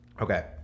Okay